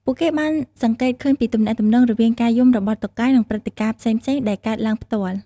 ពួកគេបានសង្កេតឃើញពីទំនាក់ទំនងរវាងការយំរបស់តុកែ និងព្រឹត្តិការណ៍ផ្សេងៗដែលកើតឡើងផ្ទាល់។